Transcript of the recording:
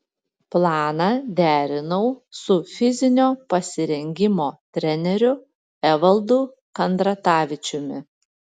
planą derinau su fizinio pasirengimo treneriu evaldu kandratavičiumi